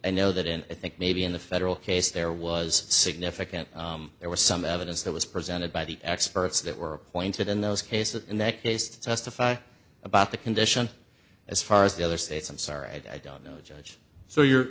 i know that in i think maybe in the federal case there was significant there was some evidence that was presented by the experts that were appointed in those cases in that case to testify about the condition as far as the other states i'm sorry i don't know the judge so you're